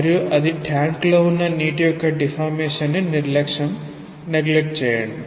మరియు అది ట్యాంక్లో ఉన్న నీటి యొక్క డీఫార్మేషన్ ని నిర్లక్ష్యం చేయండి